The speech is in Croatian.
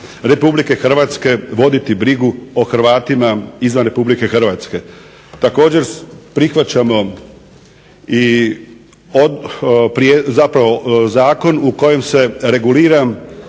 Republike Hrvatske voditi brigu o Hrvatima izvan Republike Hrvatske. Također prihvaćamo zapravo zakon u kojem se reguliraju